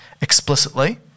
explicitly